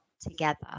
together